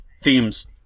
themes